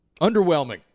Underwhelming